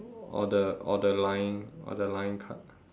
or the or the line or the line cut